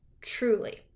truly